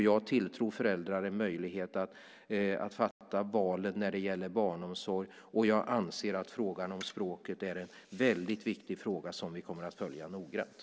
Jag tilltror föräldrar en möjlighet att fatta valen när det gäller barnomsorg, och jag anser att frågan om språket är en väldigt viktig fråga, som vi kommer att följa noggrant.